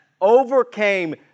overcame